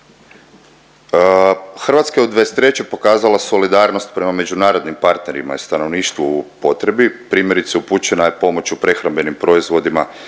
Hrvatska je u '23. pokazala solidarnost prema međunarodnim partnerima i stanovništvu u potrebi. Primjerice upućena je pomoć u prehrambenim proizvodima,